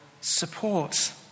support